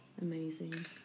amazing